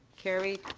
carried.